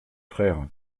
frères